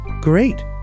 great